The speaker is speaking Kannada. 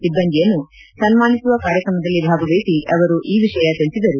ಸಿಬ್ಬಂದಿಯನ್ನು ಸನ್ಮಾನಿಸುವ ಕಾರ್ಯಕ್ರಮದಲ್ಲಿ ಭಾಗವಹಿಸಿ ಅವರು ಈ ವಿಷಯ ತಿಳಿಸಿದರು